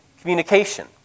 communication